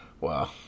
Wow